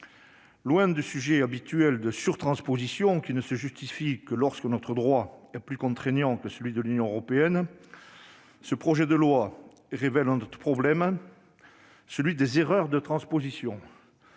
Loin du sujet habituel de surtransposition, qui ne se justifie que lorsque notre droit est plus contraignant que celui de l'Union européenne, ce projet de loi révèle un autre problème : celui des erreurs de transposition.